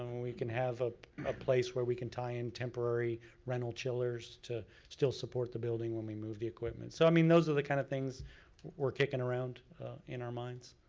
um we can have a ah place where we can tie-in temporary rental chillers to still support the building when we move the equipment. so i mean those are the kinda kind of things we're kickin' around in our minds.